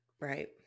Right